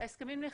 ההסכמים נחתמו.